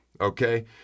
okay